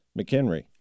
McHenry